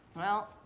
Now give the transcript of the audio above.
well.